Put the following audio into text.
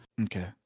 okay